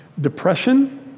depression